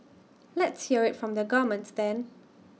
let's hear IT from the governments then